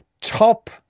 top